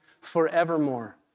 forevermore